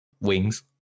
wings